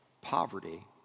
poverty